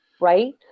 Right